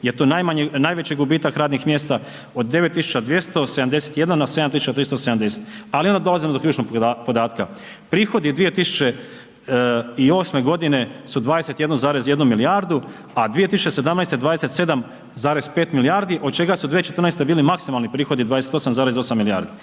je to najveći gubitak radnih mjesta od 9271 na 7370, ali onda dolazimo do ključnog podatka. Prihodi 2008.g. su 21,1 milijardu, a 2017. 27,5 milijardi, od čega su 2014. bili maksimalni prihodi 28,8 milijardi